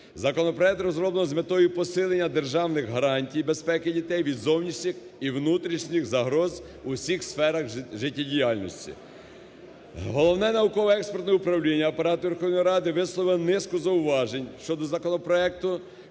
Законопроект розроблено з метою посилення державних гарантій безпеки дітей від зовнішніх і внутрішніх загроз в усіх сферах життєдіяльності. Головне науково-експерте управління Апарату Верховної Ради висловив низку зауважень щодо законопроекту,